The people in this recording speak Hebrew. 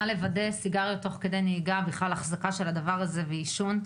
נא לוודא לגבי החזקה של סיגריות ועישון בנהיגה.